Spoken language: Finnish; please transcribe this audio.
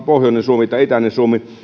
pohjoinen suomi tai itäinen suomi